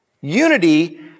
Unity